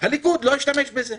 הליכוד לא השתמש בזה.